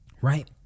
Right